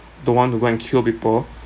don't want to go and kill people